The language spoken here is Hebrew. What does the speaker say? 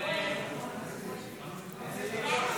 נצביע כעת על הסתייגות 60. הסתייגות